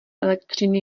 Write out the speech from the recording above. elektřiny